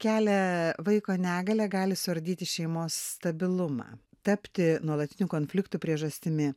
kelia vaiko negalia gali suardyti šeimos stabilumą tapti nuolatinių konfliktų priežastimi